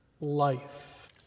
life